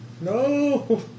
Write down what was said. No